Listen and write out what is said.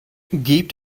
gebt